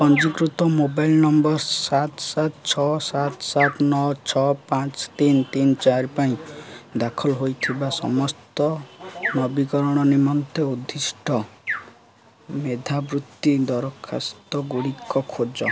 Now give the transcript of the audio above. ପଞ୍ଜୀକୃତ mobile number ସାତ ସାତ ଛଅ ସାତ ସାତ ନଅ ଛଅ ପାଞ୍ଚ ତିନ ତିନ ଚାରି ପାଇଁ ଦାଖଲ ହୋଇଥିବା ସମସ୍ତ ନବୀକରଣ ନିମନ୍ତେ ଉଦ୍ଦିଷ୍ଟ ମେଧାବୃତ୍ତି ଦରଖାସ୍ତଗୁଡ଼ିକ ଖୋଜ